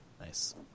Nice